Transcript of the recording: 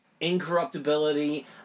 incorruptibility